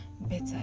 better